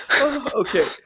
Okay